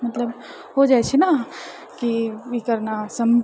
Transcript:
मतलब हो जाइ छै ने की एकर ने सम